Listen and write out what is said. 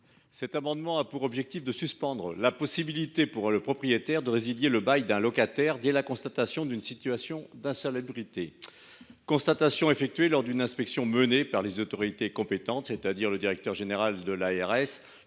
Cet amendement a pour objet de suspendre la possibilité pour le propriétaire de résilier le bail d’un locataire dès la constatation d’une situation d’insalubrité lors d’une inspection menée par les autorités compétentes, c’est à dire le directeur général de